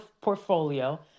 portfolio